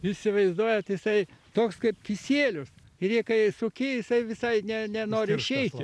įsivaizduojate jisai toks kaip kisielius ir jį kai suki jisai visai ne nenoriu išeiti